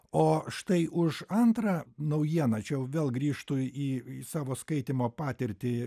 o štai už antrą naujieną čia jau vėl grįžtu į savo skaitymo patirtį